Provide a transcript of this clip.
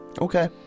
Okay